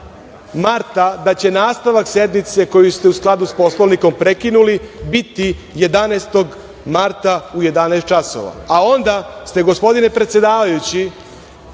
da će nastavak sednice, koju ste u skladu sa Poslovnikom prekinuli, biti 11. marta u 11.00 časova, a onda ste, gospodine predsedavajući,